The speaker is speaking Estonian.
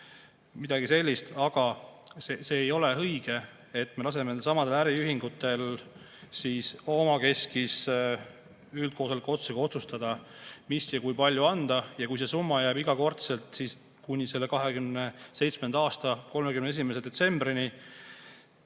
midagi sellist. Aga see ei ole õige, et me laseme neilsamadel äriühingutel omakeskis üldkoosoleku otsusega otsustada, mis ja kui palju anda. Ja kui see summa jääb iga kord kuni 2027. aasta 31. detsembrini